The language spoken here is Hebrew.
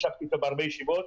ישבתי אתו בהרבה ישיבות.